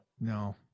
No